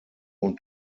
und